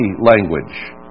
language